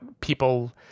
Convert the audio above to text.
people